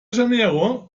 janeiro